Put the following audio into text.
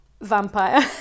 vampire